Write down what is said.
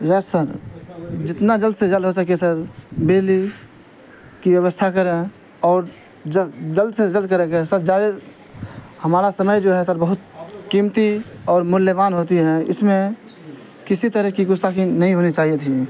یس sir جتنا جلد سے جلد ہو سکے سر بجلی کی ویوستھا کریں اور جلد سے جلد کریں سر ہمارا سمے جو ہے بہت قیمتی اور مولیہ وان ہوتی ہے اس میں کسی طرح کی گستاخی نہیں ہونی چاہیے تھی